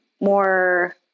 more